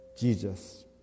Jesus